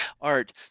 art